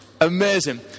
Amazing